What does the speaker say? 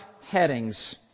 headings